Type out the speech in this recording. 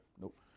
Nope